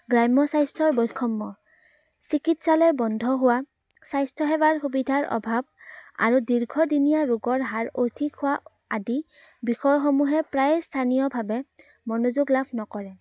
গ্ৰাম্য স্বাস্থ্যৰ বৈষম্য চিকিৎসালয় বন্ধ হোৱা স্বাস্থ্যসেৱাৰ সুবিধাৰ অভাৱ আৰু দীৰ্ঘদিনীয়া ৰোগৰ হাৰ অধিক হোৱা আদি বিষয়সমূহে প্ৰায়ে স্থানীয়ভাৱে মনোযোগ লাভ নকৰে